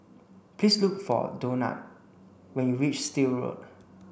please look for Donat when you reach Still Road